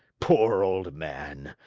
poor old man!